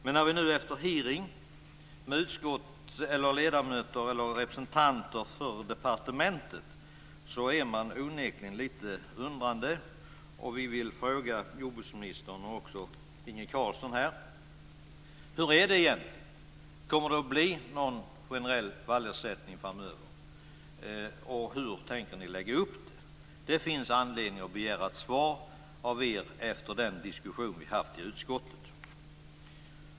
Men nu efter hearingen med representanter för departementet är man onekligen lite undrande. Vi vill fråga jordbruksministern och Inge Carlsson: Hur är det egentligen? Blir det en generell vallersättning framöver? Hur tänker ni lägga upp det hela? Det finns anledning att begära ett svar från er efter den diskussion som vi har haft i utskottet.